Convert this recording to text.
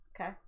Okay